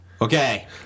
Okay